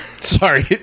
Sorry